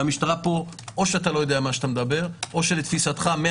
או שאתה לא יודע מה שאתה מדבר או שלתפיסתך 100